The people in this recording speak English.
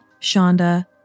Shonda